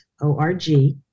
O-R-G